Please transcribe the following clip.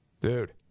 Dude